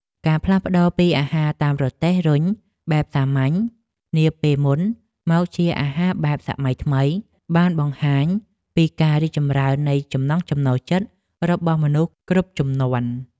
ការផ្លាស់ប្តូរពីអាហារតាមរទេះរុញបែបសាមញ្ញនាពេលមុនមកជាអាហារបែបសម័យថ្មីបានបង្ហាញពីការរីកចម្រើននៃចំណង់ចំណូលចិត្តរបស់មនុស្សគ្រប់ជំនាន់។